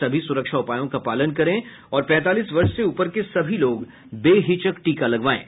सभी सुरक्षा उपायों का पालन करें और पैंतालीस वर्ष से ऊपर के सभी लोग बेहिचक टीका लगवाएं